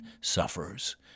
suffers